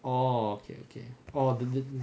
oh okay okay orh the